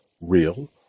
real